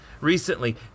Recently